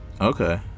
okay